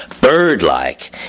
bird-like